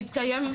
הוא התקיים,